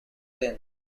lane